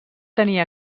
tenir